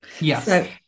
yes